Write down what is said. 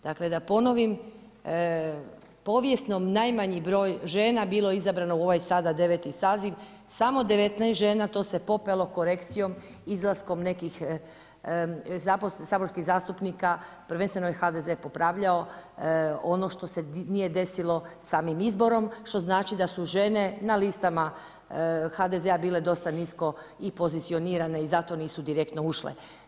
Dakle, da ponovim, povijesno najmanji broj žena bilo je izabrano u ovaj sada 9. saziv, samo 19 žena, to se popelo korekcijom, izlaskom nekih saborskih zastupnika, prevenstveno je HDZ popravljao ono što se nije desilo samim izborom, što znači da su žene na listama HDZ-a bile dosta nisko i pozicionirane i zato nisu direktno ušle.